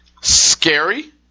scary